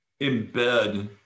embed